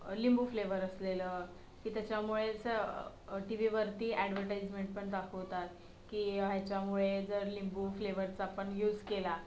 लिंबू फ्लेवर असलेलं की त्याच्यामुळेच टि वीवरती अड्वर्टाइजमेंट पण दाखवतात की ह्याच्यामुळे जर लिंबू फ्लेवरचा पण युज केला